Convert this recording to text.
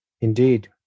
Indeed